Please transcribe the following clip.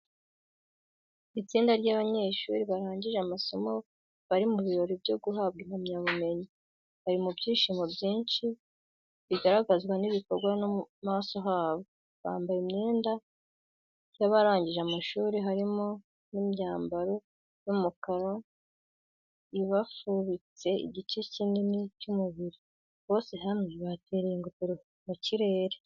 Itsinda ry’abanyeshuri barangije amasomo bari mu birori byo guhabwa impamyabumenyi. Bari mu byishimo byinshi, bigaragazwa n’ibikorwa no mu maso habo. Bambaye imyenda y’abarangije amashuri harimo n'imyambaro y'umukara ibafubitse igice kinini cy’umubiri. Bose hamwe batereye ingofero mu kirere.